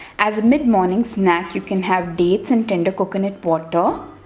as a mid morning snack you can have dates and tender coconut water.